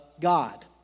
God